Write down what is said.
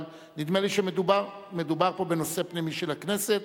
אבל נדמה לי שמדובר פה בנושא פנימי של הכנסת,